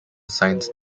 science